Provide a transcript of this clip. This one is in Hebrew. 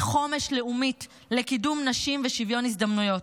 חומש לאומית לקידום נשים ושוויון הזדמנויות.